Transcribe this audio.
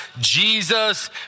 Jesus